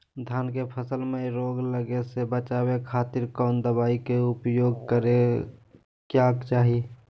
धान के फसल मैं रोग लगे से बचावे खातिर कौन दवाई के उपयोग करें क्या चाहि?